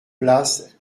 place